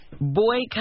boycott